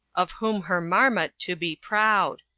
of whom her marmot to be proud.